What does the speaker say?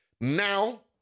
Now